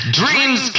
dreams